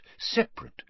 separate